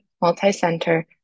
multi-center